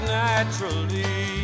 naturally